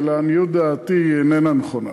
ולעניות דעתי היא איננה נכונה.